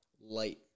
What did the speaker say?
light